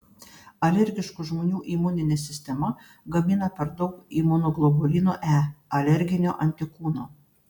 alergiškų žmonių imuninė sistema gamina per daug imunoglobulino e alerginio antikūno